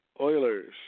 Oilers